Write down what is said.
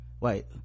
wait